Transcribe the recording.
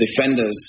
defenders